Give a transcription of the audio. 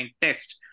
test